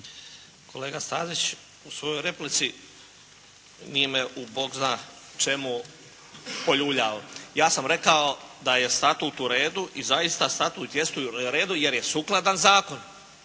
Kolega Stazić u svojoj replici nije me u Bog zna čemu poljuljao. Ja sam rekao da je Statut u redu i zaista Statut jest u redu, jer je sukladan zakonu,